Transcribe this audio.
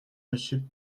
monsieur